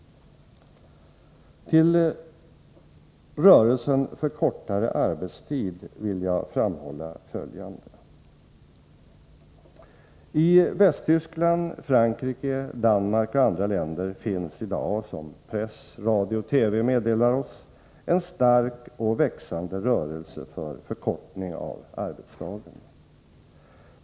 Till rörelsen för kortare arbetstid vill jag framhålla följande. I Västtyskland, Frankrike, Danmark och andra länder finns i dag, som press, radio och TV meddelar oss, en stark och växande rörelse för förkortning av arbetsdagen.